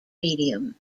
medium